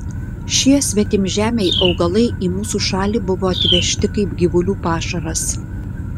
šie svetimžemiai augalai į mūsų šalį buvo atvežti kaip gyvulių pašaras